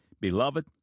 Beloved